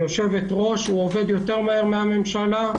היושבת-ראש, והוא עובד מהר יותר מן הממשלה.